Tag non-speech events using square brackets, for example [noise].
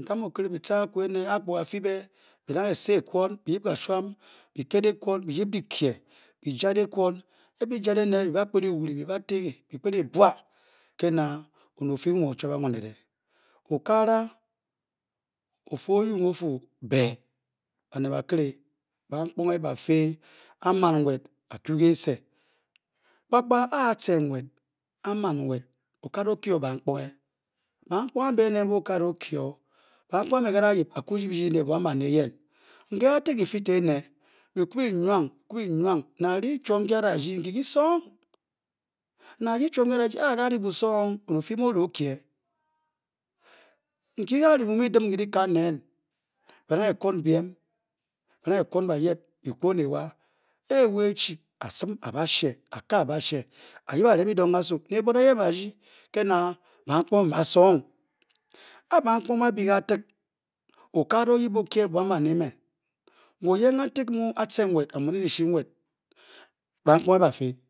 ntam okiri byi-ca aka ene byi-da ng esa ekwon byi-yip kashvam byi-ket ekwon, byi-yip dyi-a, byi-kpet ebwa, ke na onet ofi mu mu o-chive ng onet okakaan ofi o-ryu ng o-fa, be be banet bakiri bamkponge bafia-ce nwet okakaro o-kye o bamkponge bamkpong a mbe mbe okakara o-kye o ene mbe ke adayip a-kuryi byirying ne bwan bare eyen nke kantik, kyifi ene byi-ku byi-nwa byi-ku byi-nwa, ne a-ri chwom nkyi a dakyi, nkyi kyi-song Ne a-ri chwom a ada-ri busong, onet ofi mu oda o ekyenkyi ke a-ri byimu byi-dim ke dyikun neen kyi-de ng ehwon ewa a ewe e-chi a-sim a-dashee, a-ka, a-dashe, a-yip byidong kasu ba-ryi ne bvan eyon A [unintelligible] o ka kara o-yip o-kye bwan emen wo mu ake n wet a-wera